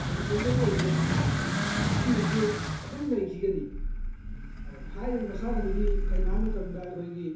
ꯍꯧꯖꯤꯛ ꯐꯥꯎꯁꯨ ꯑꯗꯨꯝ ꯂꯩꯕꯤꯔꯝꯃꯤ ꯃꯇꯨꯡꯗꯁꯨ ꯑꯗꯨꯝ ꯂꯩꯈꯤꯒꯅꯤ ꯑꯗꯣ ꯍꯥꯏꯔꯤꯕ ꯃꯁꯥꯟꯅꯗꯨꯗꯤ ꯀꯩꯅꯣ ꯍꯥꯏꯕ ꯃꯇꯝꯗ ꯑꯩꯈꯣꯏꯒꯤ